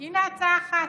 הינה הצעה אחת,